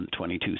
2022